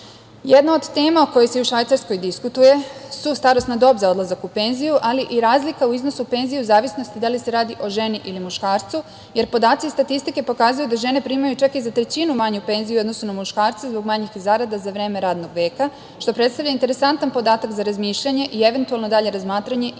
od tema koja se i u Švajcarskoj diskutuje su starosna dob za odlazak u penziju, ali i razlika u iznosu penzija u zavisnosti da li se radi o ženi ili muškarcu, jer podaci iz statistike pokazuju da žene primaju čak i za trećinu manju penziju u odnosu na muškarce zbog manjih zarada za vreme radnog vek,a što predstavlja interesantan podatak za razmišljanje i eventualno dalje razmatranje i